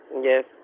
Yes